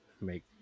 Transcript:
make